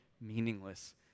meaningless